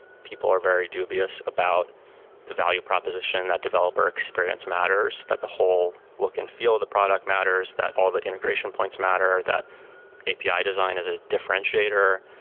people are very dubious about the value proposition that developer experience matters, that the whole look and feel the product matters, that all the integration points matter, that api design is a differentiator,